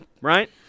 right